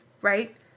right